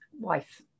wife